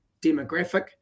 demographic